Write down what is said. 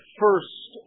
first